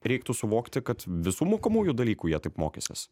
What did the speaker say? reiktų suvokti kad visų mokomųjų dalykų jie taip mokysis